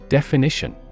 Definition